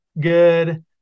good